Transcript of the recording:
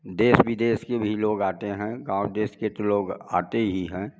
देश विदेश के भी लोग आते है गाँव देश के तो लोग आते ही हैं